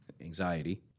anxiety